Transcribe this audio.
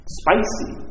spicy